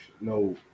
no